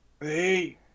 Hey